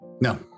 No